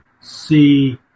see